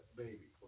baby